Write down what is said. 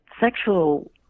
sexual